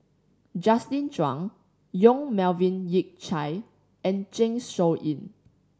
Justin Zhuang Yong Melvin Yik Chye and Zeng Shouyin